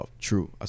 true